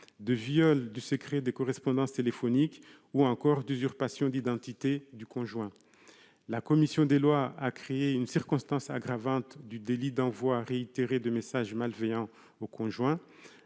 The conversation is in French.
de viol du secret des correspondances téléphoniques ou encore d'usurpation d'identité du conjoint. La commission des lois a créé une circonstance aggravante du délit d'envoi réitéré de messages malveillants au conjoint